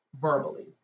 verbally